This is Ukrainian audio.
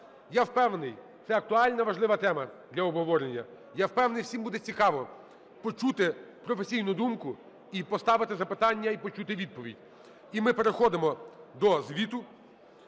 Я впевнений, це актуальна, важлива тема для обговорення. Я впевнений всім буде цікаво почути професійну думку і поставити запитання, і почути відповідь. І ми переходимо до звіту,